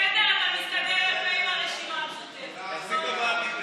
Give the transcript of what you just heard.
ואת החירות של כל אחד מאזרחי ישראל,